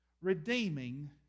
redeeming